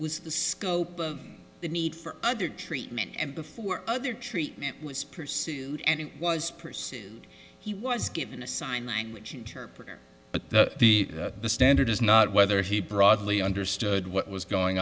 was the scope of the need for other treatment and before other treatment was pursued and he was pursued he was given a sign language interpreter but the standard is not whether he broadly understood what was going